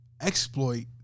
exploit